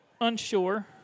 unsure